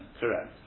Correct